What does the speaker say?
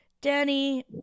Danny